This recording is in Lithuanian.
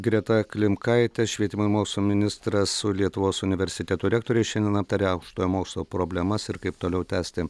greta klimkaitė švietimo ir mokslo ministras su lietuvos universitetų rektoriais šiandien aptarė aukštojo mokslo problemas ir kaip toliau tęsti